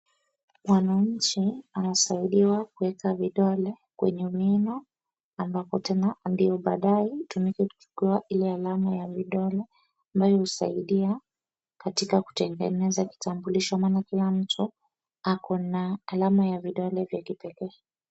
Mwananchi anasaidiwa kuweka vidole kwenye wino ambako tena ndio baadaye itumike kuchukua ile alama ya vidole ambayo usaidia katika kutengeneza kitambulisho maana kila mtu akona alama ya vidole vya kipekee.